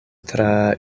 tra